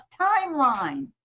timeline